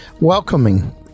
Welcoming